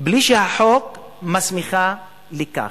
בלי שהחוק מסמיכה לכך.